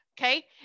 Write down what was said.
Okay